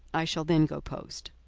i shall then go post.